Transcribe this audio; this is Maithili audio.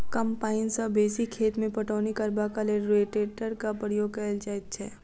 कम पाइन सॅ बेसी खेत मे पटौनी करबाक लेल रोटेटरक प्रयोग कयल जाइत छै